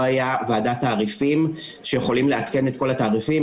לא הייתה ועדת תעריפים שיכולה לעדכן את כל התעריפים,